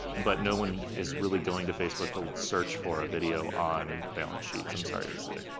but no one is really going to facebook to search for a video on balance sheets, i'm sorry to say.